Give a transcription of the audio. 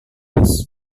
tenis